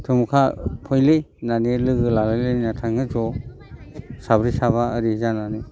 थमुखा फैलै होननानै लोगो लालायलायनानै थाङो ज' साब्रै साबा ओरै जानानै